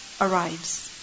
arrives